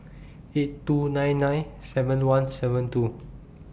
eight two nine nine seven one seven two